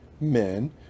men